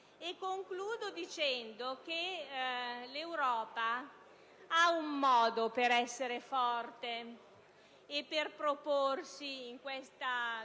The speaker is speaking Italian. Concludo dicendo che l'Europa ha un modo per essere forte e per proporsi in questo